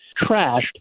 trashed